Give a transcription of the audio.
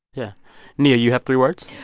yeah nia, you have three words?